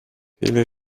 viele